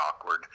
awkward